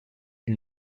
ils